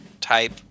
type